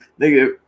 nigga